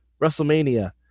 WrestleMania